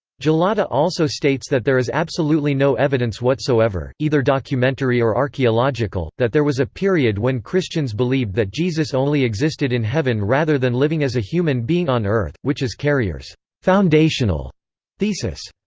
gullotta also states that there is absolutely no evidence whatsoever, either documentary or archaeological, that there was a period when christians believed that jesus only existed in heaven rather than living as a human being on earth, which is carrier's foundational thesis.